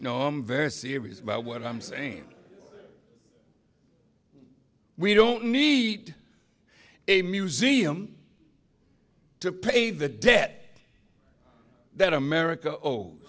no i'm very serious about what i'm saying we don't need a museum to pay the debt that america o